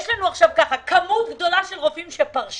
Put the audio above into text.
יש לנו כמות גדולה של רופאים שפרשה,